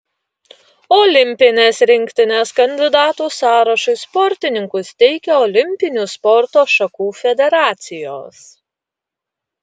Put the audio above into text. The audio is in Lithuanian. olimpinės rinktinės kandidatų sąrašui sportininkus teikia olimpinių sporto šakų federacijos